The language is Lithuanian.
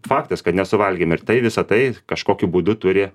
faktas kad nesuvalgėm ir tai visa tai kažkokiu būdu turi